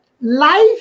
life